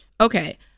Okay